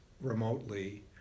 remotely